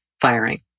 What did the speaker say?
firing